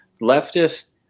leftist